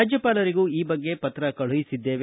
ರಾಜ್ಯಪಾಲರಿಗೂ ಈ ಬಗ್ಗೆ ಪತ್ರ ಕಳುಹಿಸಿದ್ದೇವೆ